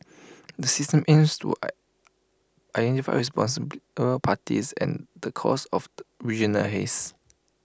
the system aims to I identify parties and the causes of regional haze